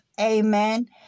Amen